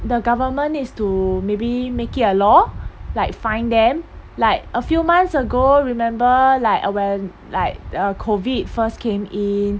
the government needs to maybe make it a law like fine them like a few months ago remember like uh when like uh COVID first came in